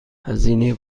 هزینه